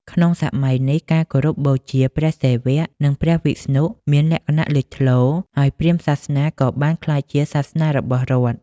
ក្នុងសម័យនេះ ការគោរពបូជា ព្រះសិវៈ និង ព្រះវិស្ណុ មានលក្ខណៈលេចធ្លោ ហើយព្រាហ្មណ៍សាសនាក៏បានក្លាយជាសាសនារបស់រដ្ឋ។